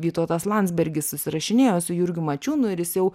vytautas landsbergis susirašinėjo su jurgiu mačiūnu ir jis jau